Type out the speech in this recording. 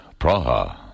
Praha